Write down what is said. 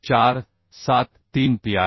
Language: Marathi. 473P आहे